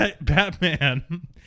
Batman